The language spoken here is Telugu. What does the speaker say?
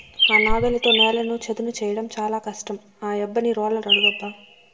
ఆ నాగలితో నేలను చదును చేయడం చాలా కష్టం ఆ యబ్బని రోలర్ అడుగబ్బా